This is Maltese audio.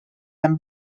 hemm